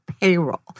payroll